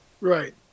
Right